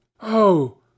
Oh